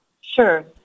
Sure